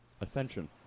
ascension